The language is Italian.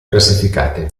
classificate